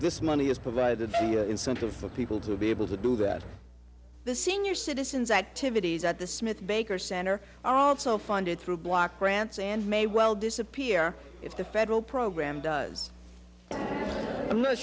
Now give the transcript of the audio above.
this money is provided the incentive for people to be able to do that the senior citizens activities at the smith baker center are also funded through block grants and may well disappear if the federal program does i'm not